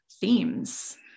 themes